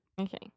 Okay